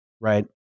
right